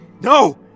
No